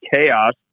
chaos